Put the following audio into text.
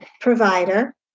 provider